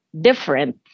different